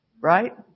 Right